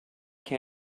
can